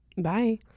bye